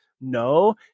No